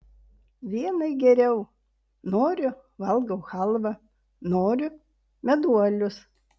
vienai geriau noriu valgau chalvą noriu meduolius